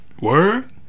Word